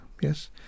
yes